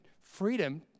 freedom